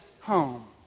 home